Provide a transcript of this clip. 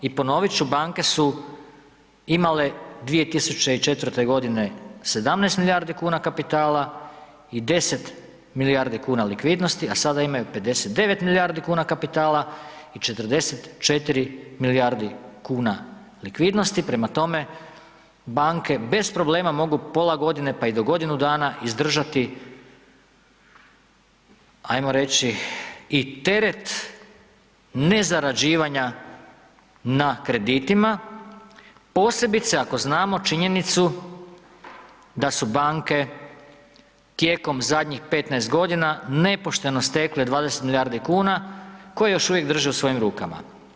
I ponovit ću, banke su imale 2004. godine 17 milijardi kuna kapitala i 10 milijardi kuna likvidnosti, a sada imaju 59 milijardi kuna kapitala i 44 milijardi kuna likvidnosti, prema tome banke bez problema mogu pola godine pa i do godinu dana izdržati ajmo reći i teret ne zarađivanja na kreditima, posebice ako znamo činjenicu da su banke tijekom zadnjih 15 godina nepošteno stekle 20 milijardi kuna koje još uvijek drže u svojim rukama.